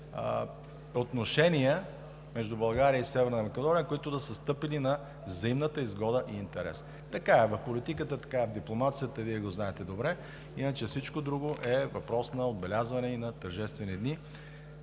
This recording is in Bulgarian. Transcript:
отношения между България и Северна Македония, които да са стъпили на взаимната изгода и интерес. Така е в политиката, така е в дипломацията. Вие го знаете добре. Иначе всичко друго е въпрос на отбелязване и на тържествени дни.